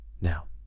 Now